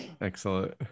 Excellent